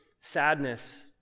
sadness